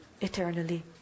eternally